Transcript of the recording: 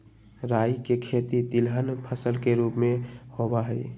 राई के खेती तिलहन फसल के रूप में होबा हई